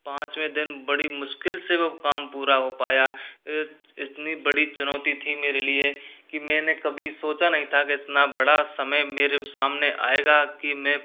पाँचवे दिन बड़ी मुश्किल से वो काम पूरा हो पाया इतनी बड़ी चुनौती थी मेरे लिए कि मैंने कभी सोचा नहीं था कि इतना बड़ा समय मेरे सामने आएगा कि मैं